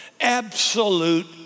Absolute